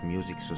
Music